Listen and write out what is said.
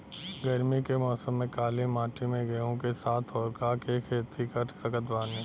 गरमी के मौसम में काली माटी में गेहूँ के साथ और का के खेती कर सकत बानी?